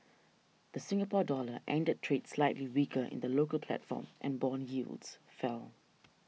the Singapore Dollar ended trade slightly weaker in the local platform and bond yields fell